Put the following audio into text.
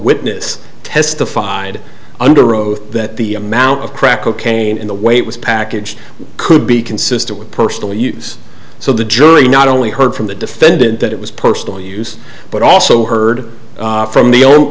witness testified under oath that the amount of crack cocaine in the way it was packaged could be consistent with personal use so the jury not only heard from the defendant that it was postal use but also heard from the